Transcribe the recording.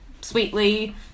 sweetly